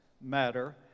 matter